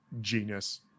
genius